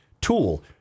tool